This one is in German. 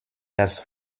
das